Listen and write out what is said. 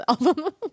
album